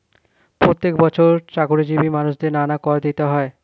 প্রত্যেক বছর চাকরিজীবী মানুষদের নানা কর দিতে হয়